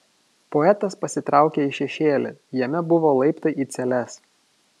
poetas pasitraukė į šešėlį jame buvo laiptai į celes